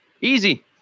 easy